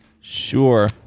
Sure